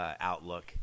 outlook